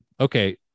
Okay